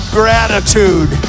gratitude